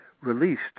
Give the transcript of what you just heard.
Released